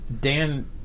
Dan